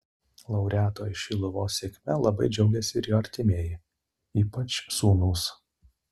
laureato iš šiluvos sėkme labai džiaugėsi ir jo artimieji ypač sūnūs